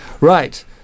Right